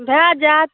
भऽ जाएत